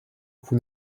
vous